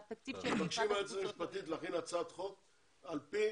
נבקש מהיועצת המשפטית להכין הצעת חוק על פי